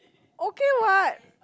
okay what